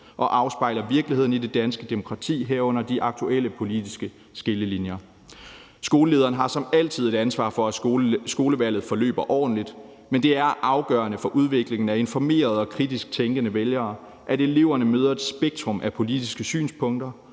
og afspejler virkeligheden i det danske demokrati, herunder de aktuelle politiske skillelinjer. Skolelederen har som altid et ansvar for, at skolevalget forløber ordentligt, men det er afgørende for udviklingen af informerede og kritisk tænkende vælgere, at eleverne møder et spektrum af politiske synspunkter